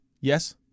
Yes